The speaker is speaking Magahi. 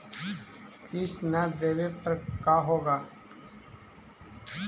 किस्त न देबे पर का होगा?